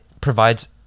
provides